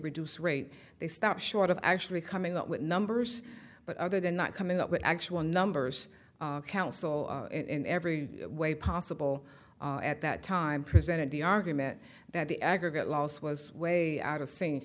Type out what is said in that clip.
reduced rate they stopped short of actually coming up with numbers but other than not coming up with actual numbers counsel in every way possible at that time presented the argument that the aggregate loss was way out of